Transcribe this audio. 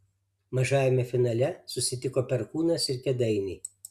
mažajame finale susitiko perkūnas ir kėdainiai